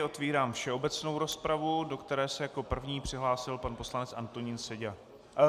Otvírám všeobecnou rozpravu, do které se jako první přihlásil pan poslanec Antonín Seďa.